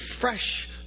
fresh